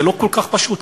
זה לא כל כך פשוט,